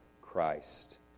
Christ